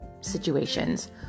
situations